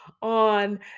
on